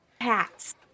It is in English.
hats